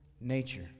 nature